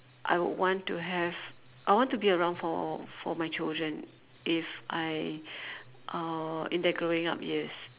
I want to have I want to be around for for my children if I uh in their growing up years